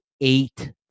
eight